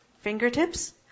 fingertips